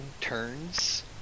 turns